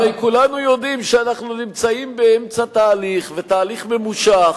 הרי כולנו יודעים שאנחנו נמצאים באמצע תהליך ממושך,